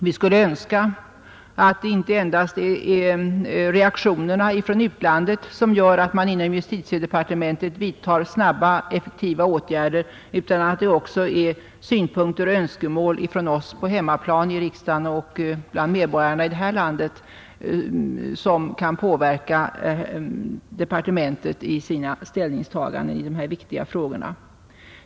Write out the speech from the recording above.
Vi skulle önska att inte endast reaktionerna från utlandet gör att man inom justitiedepartementet vidtar snabba och effektiva åtgärder, utan att också synpunkter och önskemål från oss på hemmaplan — i riksdagen och bland medborgarna i det här landet — kan påverka departementet i dess ställningstaganden i dessa viktiga frågor.